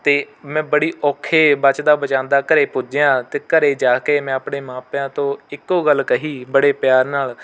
ਅਤੇ ਮੈਂ ਬੜੀ ਔਖੇ ਬਚਦਾ ਬਚਾਉਂਦਾ ਘਰ ਪੁੁੱਜਿਆ ਅਤੇ ਘਰ ਜਾ ਕੇ ਮੈਂ ਆਪਣੇ ਮਾਪਿਆਂ ਤੋਂ ਇੱਕੋ ਗੱਲ ਕਹੀ ਬੜੇ ਪਿਆਰ ਨਾਲ